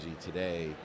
today